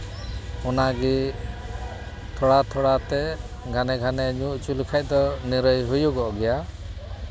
ᱚᱱᱟᱜᱮ ᱛᱷᱚᱲᱟ ᱛᱷᱚᱲᱟ ᱛᱮ ᱜᱷᱟᱱᱮ ᱜᱷᱟᱱᱮ ᱧᱩ ᱦᱚᱪᱚ ᱞᱮᱠᱷᱟᱱ ᱫᱚ ᱱᱤᱨᱟᱹᱭ ᱦᱩᱭᱩᱜᱚᱜ ᱜᱮᱭᱟ